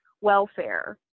welfare